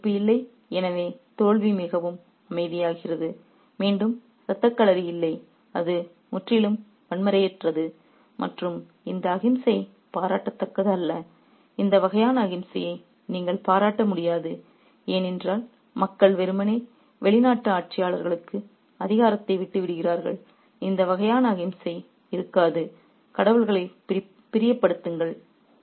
இரத்தக் கொதிப்பு இல்லை எனவே தோல்வி மிகவும் அமைதியானது மீண்டும் இரத்தக்களரி இல்லை அது முற்றிலும் வன்முறையற்றது மற்றும் இந்த அகிம்சை பாராட்டத்தக்கது அல்ல இந்த வகையான அகிம்சையை நீங்கள் பாராட்ட முடியாது ஏனென்றால் மக்கள் வெறுமனே வெளிநாட்டு ஆட்சியாளர்களுக்கு அதிகாரத்தை விட்டுவிடுகிறார்கள் இந்த வகையான அஹிம்சை இருக்காது கடவுள்களைப் பிரியப்படுத்துங்கள்